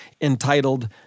entitled